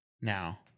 now